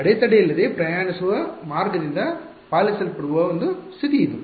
ಅಡೆತಡೆಯಿಲ್ಲದೆ ಪ್ರಯಾಣಿಸುವ ಮಾರ್ಗದಿಂದ ಪಾಲಿಸಲ್ಪಡುವ ಸ್ಥಿತಿ ಇದು